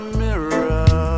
mirror